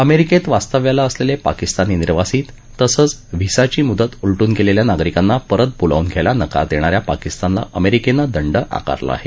अमेरिकेत वास्तव्यास असलेले पाकिस्तानी निर्वासित तसंच व्हिसाची मुदत उलटून गेलेल्या नागरिकांना परत बोलावून घ्यायला नकार देणाऱ्या पाकिस्तानला अमेरिकेनं दंड आकारला आहे